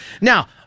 now